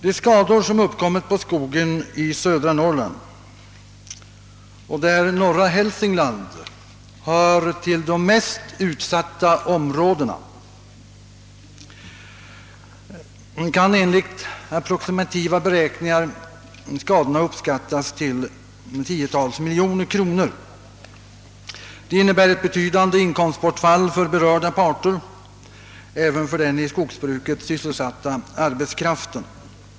De skador som uppkommit på skogen i södra Norrland, där norra Hälsingland hör till de mest utsatta områdena, kan enligt approximativa beräkningar upp skattas till tiotals miljoner kronor. Det innebär ett betydande inkomstbortfall för berörda parter, även för den i skogsbruket sysselsatta arbetskraften.